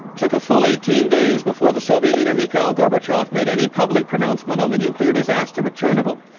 took a full eighteen days before the soviet leader mikhail gorbachev made any public pronouncement on the nuclear disaster at chernobyl.